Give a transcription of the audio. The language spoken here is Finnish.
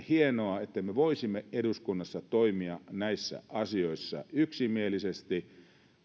olisi hienoa että me voisimme eduskunnassa toimia näissä asioissa yksimielisesti